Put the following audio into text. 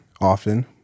often